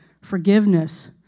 forgiveness